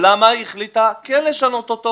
או למה היא החליטה כן לשנות אותו,